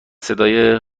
صدای